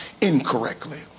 incorrectly